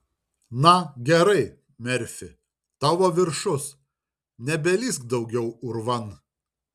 na gerai merfi tavo viršus nebelįsk daugiau urvan